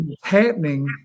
happening